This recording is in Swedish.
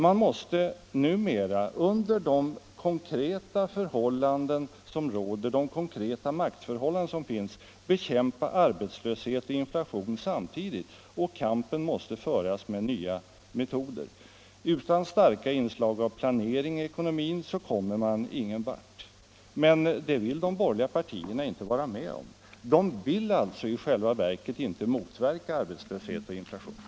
Man måste numera, under de konkreta maktförhållanden som råder, bekämpa arbetslöshet och inflation samtidigt, och kampen måste föras med nya metoder. Utan starka inslag av planering i ekonomin kommer man ingen vart. Men det vill de borgerliga partierna inte vara med om. De vill alltså, i själva verket, inte motverka arbetslöshet och inflation.